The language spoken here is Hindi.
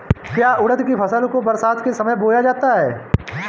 क्या उड़द की फसल को बरसात के समय बोया जाता है?